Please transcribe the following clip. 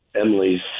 Emily's